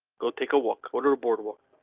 go take a walk order boardwalk.